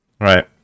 right